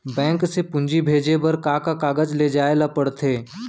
Bank से पूंजी भेजे बर का का कागज ले जाये ल पड़थे?